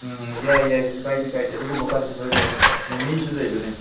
ꯎꯝ ꯎꯝ ꯌꯥꯏ ꯌꯥꯏ ꯀꯩꯁꯨ ꯀꯥꯏꯗꯦ ꯀꯥꯏꯗꯦ ꯑꯗꯨꯒꯨꯝꯕꯀꯥꯗꯨꯁꯨ ꯂꯣꯏ ꯂꯩ ꯃꯃꯤꯁꯨ ꯂꯩꯕꯅꯦ